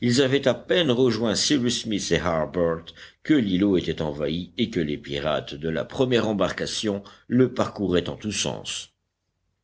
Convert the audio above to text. ils avaient à peine rejoint cyrus smith et harbert que l'îlot était envahi et que les pirates de la première embarcation le parcouraient en tous sens